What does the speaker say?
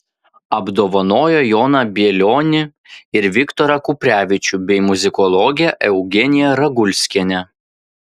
apdovanojo joną bielionį ir viktorą kuprevičių bei muzikologę eugeniją ragulskienę